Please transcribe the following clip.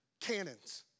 cannons